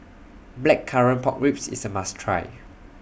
Blackcurrant Pork Ribs IS A must Try